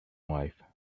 wife